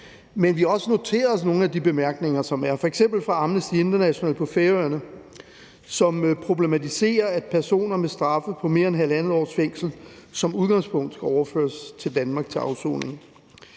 Men vi har også noteret os nogle af de bemærkninger, der er, f.eks. fra Amnesty International på Færøerne, som problematiserer, at personer med straffe på mere end 1½ års fængsel som udgangspunkt skal overføres til Danmark til afsoning.